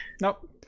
Nope